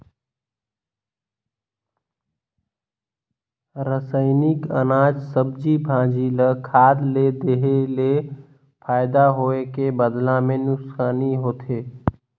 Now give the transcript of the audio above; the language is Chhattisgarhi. रसइनिक अनाज, सब्जी, भाजी ल खाद ले देहे ले फायदा होए के बदला मे नूकसानी होथे